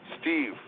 Steve